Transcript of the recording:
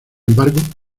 embargo